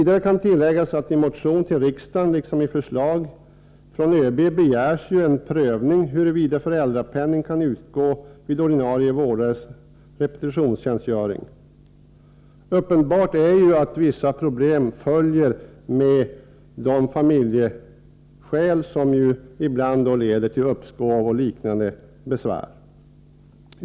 Det kan tilläggas att i motion till riksdagen liksom i förslag från ÖB begärs en prövning huruvida föräldrapenning kan utgå vid ordinarie vårdares repetitionstjänstgöring. Uppenbart är att vissa problem följer med de familjeskäl som ibland leder till uppskov och liknande besvär.